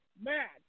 mad